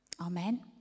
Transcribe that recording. Amen